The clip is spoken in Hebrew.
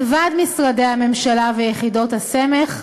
מלבד משרדי הממשלה ויחידות הסמך,